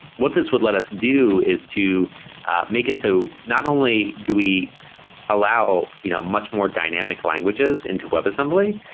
what this would let us do is to make it so not only do we allow you know much more dynamic languages into webassembly,